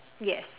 yes